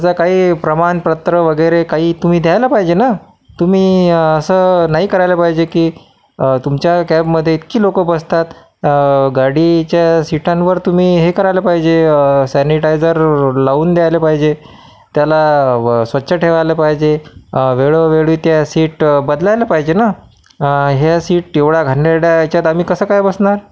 त्याचा काही प्रमाणपत्र वगैरे काही तुम्ही द्यायला पाहिजे ना तुम्ही असं नाही करायला पाहिजे की तुमच्या कॅबमध्ये इतकी लोकं बसतात गाडीच्या सीटांवर तुम्ही हे करायला पाहिजे सॅनिटायझर लावून द्यायला पाहिजे त्याला स्वच्छ ठेवायला पाहिजे वेळोवेळी त्या सीट बदलायला पाहिजे ना ह्या सीट एवढ्या घाणेरड्या याच्यात आम्ही कसं काय बसणार